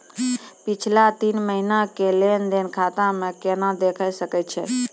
पिछला तीन महिना के लेंन देंन खाता मे केना देखे सकय छियै?